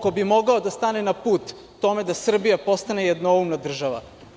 ko bi mogao da stane na put tome da Srbija postane jednoumna država.